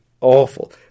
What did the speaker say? awful